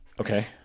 Okay